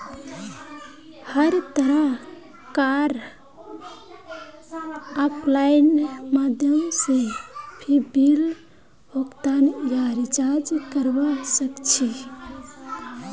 हर तरह कार आफलाइन माध्यमों से भी बिल भुगतान या रीचार्ज करवा सक्छी